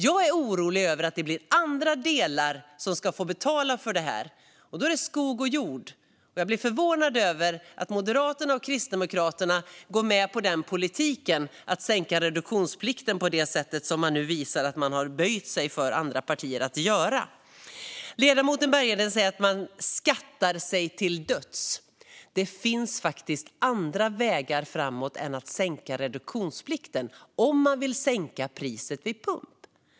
Jag är dock orolig att det blir andra delar som får betala för detta. Då kommer det att handla om skog och jord. Jag blir förvånad över att Moderaterna och Kristdemokraterna går med på en politik där man sänker reduktionsplikten på ett sätt som visar att man böjer sig för andra partier. Ledamoten Bergheden säger att man skattar sig till döds. Det finns faktiskt andra vägar framåt än att sänka reduktionsplikten om man vill sänka priset vid pump.